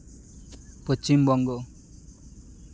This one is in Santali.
ᱯᱚᱪᱷᱤᱢᱵᱚᱝᱜᱚ